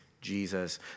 Jesus